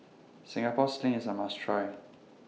Singapore Sling IS A must Try